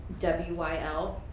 WYL